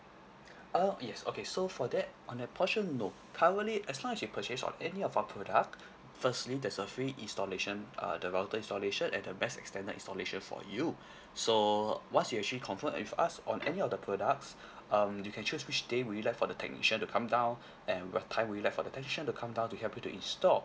err yes okay so for that on that portion no currently as long as you purchase on any of our product firstly there's a free installation uh the router installation and the mesh extender installation for you so once you actually confirm with us on any of the products um you can choose which day would you like for the technician to come down and what time would you like for the technician to come down to help you to install